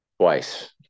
Twice